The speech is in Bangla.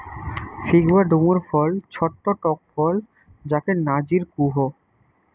ফিগ বা ডুমুর ফল ছট্ট টক ফল যাকে নজির কুহু